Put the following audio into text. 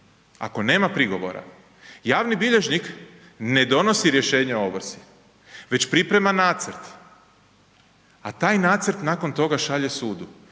ako nema prigovora, javni bilježnik ne donosi rješenje o ovrsi, već priprema nacrt a taj nacrt nakon toga šalje sudu.